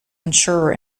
insurer